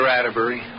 Atterbury